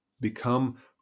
Become